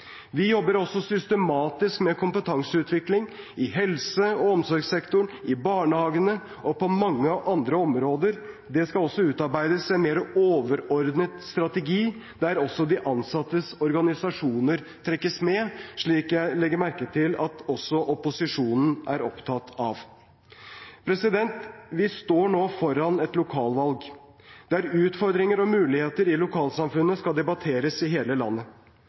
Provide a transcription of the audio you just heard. Vi jobber også systematisk med kompetanseutvikling i helse- og omsorgssektoren, i barnehagene og på mange andre områder. Det skal også utarbeides en mer overordnet strategi, der også de ansattes organisasjoner trekkes med, slik jeg legger merke til at også opposisjonen er opptatt av. Vi står nå foran et lokalvalg, der utfordringer og muligheter i lokalsamfunnet skal debatteres i hele landet.